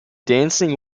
dancing